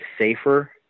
safer